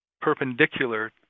perpendicular